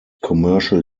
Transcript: commercial